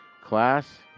Class